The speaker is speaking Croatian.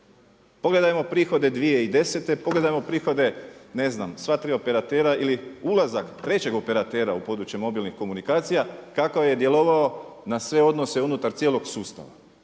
Pogledajmo prihode 2010., pogledajmo prihode ne znam sva tri operatera ili ulazak trećeg operatera u područje mobilnih komunikacija kako je djelovao na sve odnose unutar cijelog sustava.